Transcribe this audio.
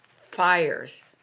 fires